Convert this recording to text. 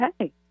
Okay